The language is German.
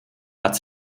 hat